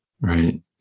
right